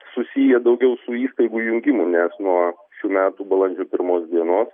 susiję daugiau su įstaigų jungimu nes nuo šių metų balandžio pirmos dienos